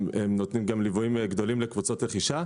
הם נותנים גם ליוויים גדולים לקבוצות רכישה.